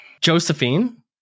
Josephine